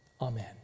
Amen